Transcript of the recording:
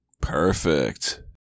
perfect